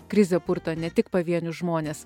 krizė purto ne tik pavienius žmones